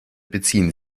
beziehen